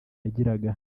yagiraga